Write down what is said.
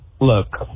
Look